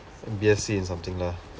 B_S_C in something lah